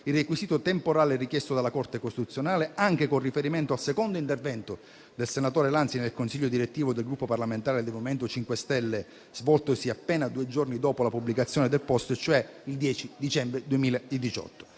il requisito temporale richiesto dalla Corte costituzionale anche con riferimento al secondo intervento del senatore Lanzi nel consiglio direttivo del Gruppo parlamentare MoVimento 5 Stelle, svoltosi appena due giorni dopo la pubblicazione del *post*, e cioè il 10 dicembre 2018.